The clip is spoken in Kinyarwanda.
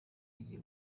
igiye